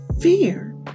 fear